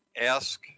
ask